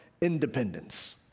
independence